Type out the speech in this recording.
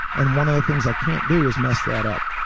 and one of the things i can't do is mess that up.